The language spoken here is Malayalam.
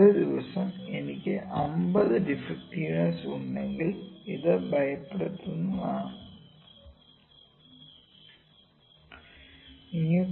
ഒരു ദിവസം എനിക്ക് 50 ഡിഫെക്ടിവിസ് ഉണ്ടെങ്കിൽ ഇത് ഭയപ്പെടുത്തുന്നതാണ്